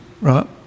right